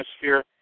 atmosphere